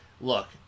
look